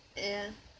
yeah